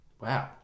Wow